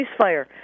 ceasefire